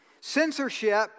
censorship